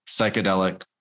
psychedelic